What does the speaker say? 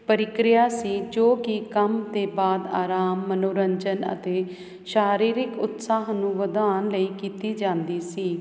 ਪ੍ਰਕਿਰਿਆ ਸੀ ਜੋ ਕਿ ਕੰਮ ਤੋਂ ਬਾਅਦ ਆਰਾਮ ਮਨੋਰੰਜਨ ਅਤੇ ਸਰੀਰਕ ਉਤਸਾਹ ਨੂੰ ਵਧਾਉਣ ਲਈ ਕੀਤੀ ਜਾਂਦੀ ਸੀ